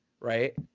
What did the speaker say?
right